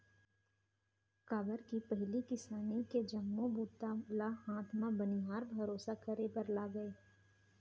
काबर के पहिली किसानी के जम्मो बूता ल हाथे म बनिहार भरोसा करे बर लागय